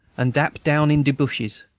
and drap down in de bushes,